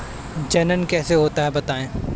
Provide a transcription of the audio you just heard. जनन कैसे होता है बताएँ?